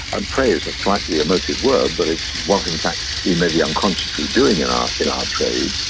and prey is a sightly emotive word, but it's what in fact we may be unconsciously doing in our in our trade.